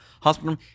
Hospital